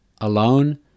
alone